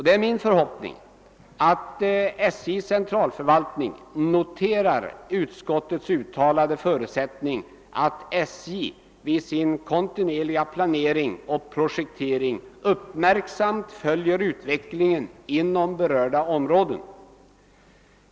Det är min förhoppning att SJ:s centralförvaltning noterar utskottets uttalade förutsättning att SJ vid sin kontinuerliga planering och projektering uppmärksamt följer utvecklingen inom berörda områden.